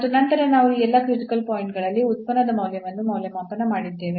ಮತ್ತು ನಂತರ ನಾವು ಈ ಎಲ್ಲಾ ಕ್ರಿಟಿಕಲ್ ಪಾಯಿಂಟ್ ಗಳಲ್ಲಿ ಉತ್ಪನ್ನದ ಮೌಲ್ಯವನ್ನು ಮೌಲ್ಯಮಾಪನ ಮಾಡಿದ್ದೇವೆ